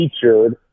featured